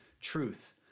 truth